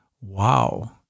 wow